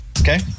okay